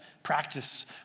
Practice